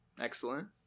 excellent